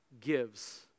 gives